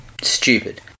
Stupid